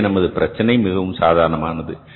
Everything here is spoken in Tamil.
இங்கே நமது பிரச்சனை மிகவும் சாதாரணமானது